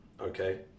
okay